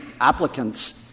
applicant's